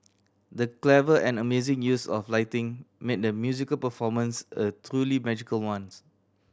the clever and amazing use of lighting made the musical performance a truly magical ones